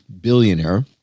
billionaire